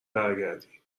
برگردی